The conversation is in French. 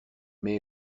mais